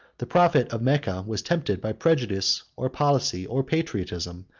the prophet of mecca was tempted by prejudice, or policy, or patriotism,